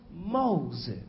Moses